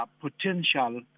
potential